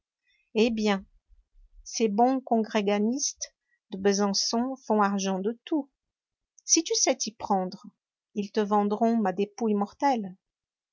eh bien ces bons congréganistes de besançon font argent de tout si tu sais t'y prendre ils te vendront ma dépouille mortelle